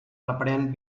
reprèn